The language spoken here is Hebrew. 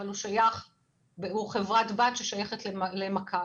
אבל הוא חברת בת ששייכת למכבי.